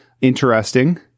Interesting